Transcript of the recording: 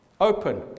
Open